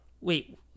Wait